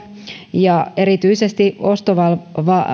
ja erityisesti